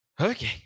Okay